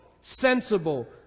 sensible